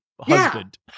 husband